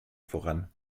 voran